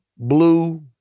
blue